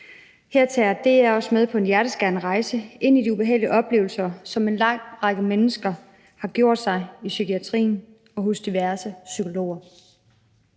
Her tager DR os med på en hjerteskærende rejse ind i de ubehagelige oplevelser, som en lang række mennesker har gjort sig i psykiatrien og hos diverse psykologer.